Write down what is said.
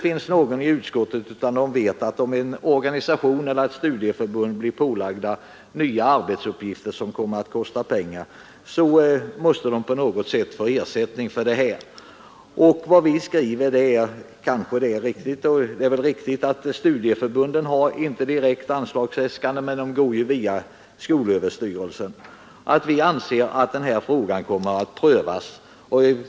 Alla i utskottet vet att om organisationerna och studieförbunden blir ålagda nya arbetsuppgifter, kommer det att kosta pengar som de måste få ersättning för. Vad vi skriver innebär, att även om studieförbunden inte nu har direkta anslagsäskanden, kommer man att vända sig till skolöverstyrelsen, där denna fråga prövas.